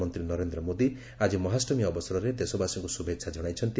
ପ୍ରଧାନମନ୍ତ୍ରୀ ନରେନ୍ଦ୍ର ମୋଦୀ ଆଜି ମହାଷ୍ଟମୀ ଅବସରରେ ଦେଶବାସୀଙ୍କୁ ଶୁଭେଚ୍ଛା ଜଣାଇଛନ୍ତି